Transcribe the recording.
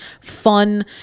fun